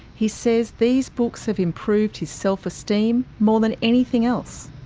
he says these books have improved his self esteem more than anything else.